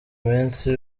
imisi